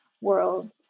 world